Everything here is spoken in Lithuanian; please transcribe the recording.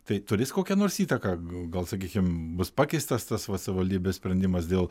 tai turės kokią nors įtaką gal sakykim bus pakeistas tas vat savivaldybės sprendimas dėl